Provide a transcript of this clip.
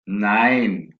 nein